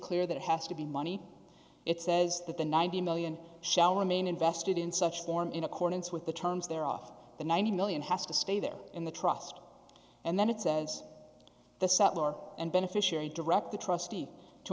clear that it has to be money it says that the ninety million dollars shall remain invested in such form in accordance with the terms there off the ninety million has to stay there in the trust and then it says the settler and beneficiary direct the trustee to